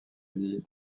eddie